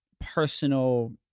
personal